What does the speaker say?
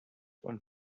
und